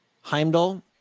Heimdall